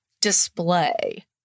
display